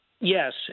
Yes